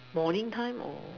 morning time or